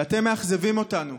ואתם מאכזבים אותנו.